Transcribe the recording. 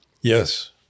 Yes